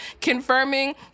confirming